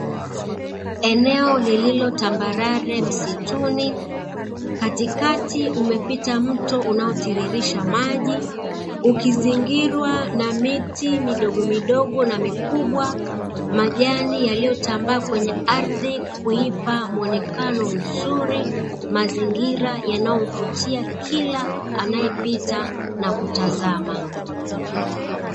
Eneo lililo tambarare msituni. Katikati umepita mto unaotiririsha maji, ukizingirwa na miti midogo midogo na mikubwa na majani yaliyotambaa kwenye ardhi na kuipa mwonekano mzuri, mazingira yanayomvutia kila anaepita na kutazama.